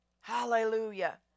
Hallelujah